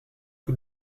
que